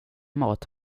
mat